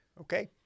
okay